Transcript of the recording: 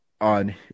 on